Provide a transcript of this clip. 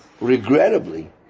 regrettably